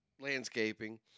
landscaping